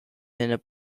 and